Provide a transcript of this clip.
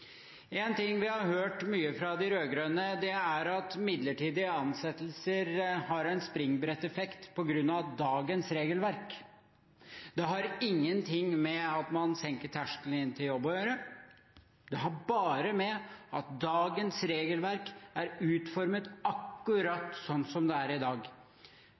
Én ting vi har hørt mye fra de rød-grønne, er at midlertidige ansettelser har en springbretteffekt på grunn av dagens regelverk. Det har ingenting å gjøre med at man senker terskelen inn til jobb – det har bare med at dagens regelverk er utformet akkurat slik som det er i dag.